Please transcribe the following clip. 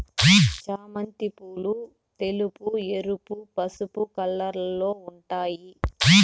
చామంతి పూలు తెలుపు, ఎరుపు, పసుపు కలర్లలో ఉంటాయి